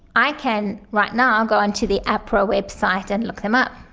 i can right now go on to the ahpra website and look them up.